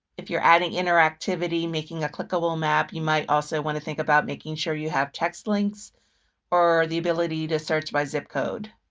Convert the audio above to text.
if you're adding interactivity making a clickable map, you might also want to think about making sure you have text links or the ability to search by zip code.